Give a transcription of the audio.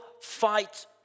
fight